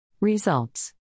Results